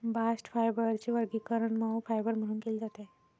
bast फायबरचे वर्गीकरण मऊ फायबर म्हणून केले जाते